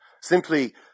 Simply